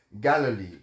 Galilee